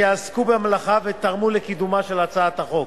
שעסקו במלאכה ותרמו לקידומה של הצעת החוק.